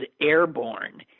airborne